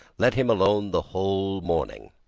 let him alone the whole morning.